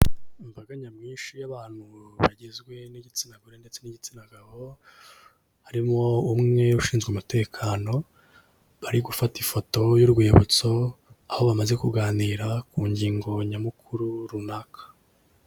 Imbaga nyamwinshi y'abantu bagizwe n'igitsina gore ndetse n'igitsina gabo, harimo umwe ushinzwe umutekano bari gufata ifoto y'urwibutso, aho bamaze kuganira ku ngingo nyamukuru runaka.